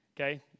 Okay